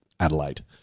Adelaide